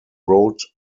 wrote